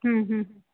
हम्म हम्म